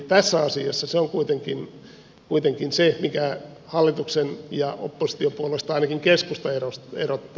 tässä asiassa se on kuitenkin se mikä hallituksen ja oppositiopuolueista ainakin keskustan erottaa